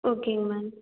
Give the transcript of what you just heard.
ஓகேங்க மேம்